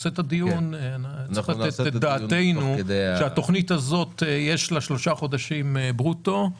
צריך לתת את דעתנו על כך שלתכנית הזאת יש שלושה חודשים ברוטו.